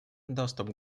доступ